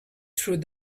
through